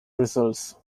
results